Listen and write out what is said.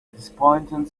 disappointed